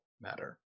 matter